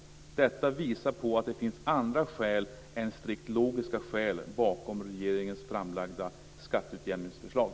Det visar på att det finns andra skäl än strikt logiska bakom regeringens framlagda skatteutjämningsförslag.